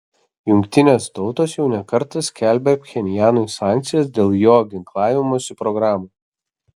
jungtinės tautos jau ne kartą skelbė pchenjanui sankcijas dėl jo ginklavimosi programų